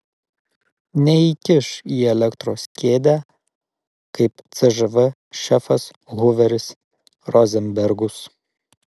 neįkiš į elektros kėdę kaip cžv šefas huveris rozenbergus